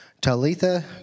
Talitha